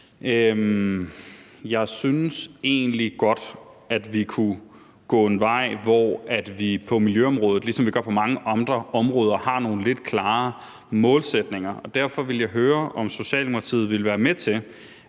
Jeg synes egentlig godt, at vi kunne gå den vej, at vi på miljøområdet, ligesom vi har på mange andre områder, har nogle lidt klarere målsætninger. Derfor vil jeg høre, om Socialdemokratiet vil være med til